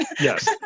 Yes